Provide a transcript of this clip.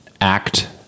act